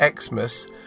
Xmas